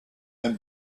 and